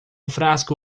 frasco